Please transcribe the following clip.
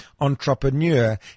entrepreneur